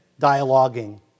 Dialoguing